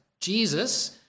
Jesus